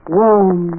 warm